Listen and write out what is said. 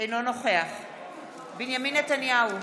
אינו נוכח בנימין נתניהו,